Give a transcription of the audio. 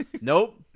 nope